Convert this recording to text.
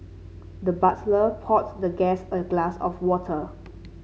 the butler poured the guest a glass of water